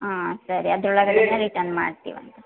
ಹಾಂ ಸರಿ ಅದ್ರ ಒಳಗಡೆನೆ ರಿಟರ್ನ್ ಮಾಡ್ತೀವಂತೆ